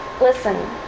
Listen